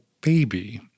baby